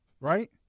right